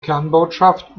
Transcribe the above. kernbotschaft